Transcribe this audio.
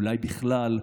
אולי בכלל,